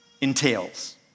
entails